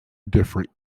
different